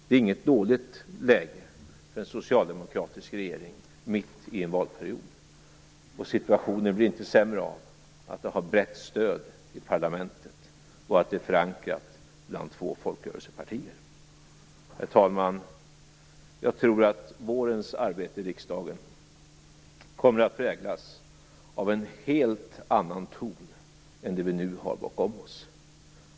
Det är inget dåligt läge för en socialdemokratisk regering mitt i en valperiod, och situationen blir inte sämre av att det har brett stöd i parlamentet och att det är förankrat bland två folkrörelsepartier. Herr talman! Jag tror att vårens arbete i riksdagen kommer att präglas av en helt annan ton än det vi nu har bakom oss.